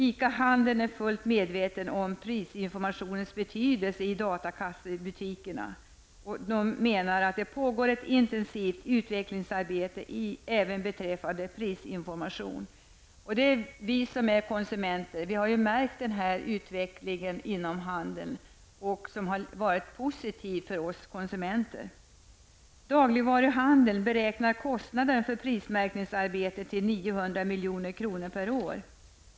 ICA-handeln är fullt medveten om prisinformationens betydelse i datakassebutiker. Man menar att det pågår ett intensivt utvecklingsarbete även beträffande prisinformation. Också vi konsumenter har märkt denna utveckling inom handeln, som varit positiv för oss. Dagligvaruhandeln beräknar kostnaderna för prismärkningsarbetet till 900 milj.kr. per år.